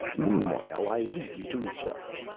meanwhile, i leave you to each other.